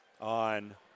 on